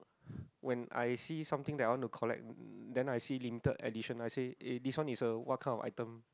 when I see something that I want to collect then I see limited edition I said eh this one is a what kind of item